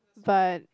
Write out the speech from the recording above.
but